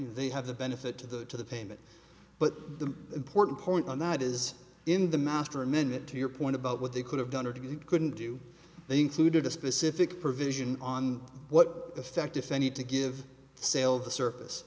they have the benefit to the to the payment but the important point on that is in the master amendment to your point about what they could have done or you couldn't do they included a specific provision on what effect if any to give sale the surface